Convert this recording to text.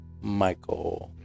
Michael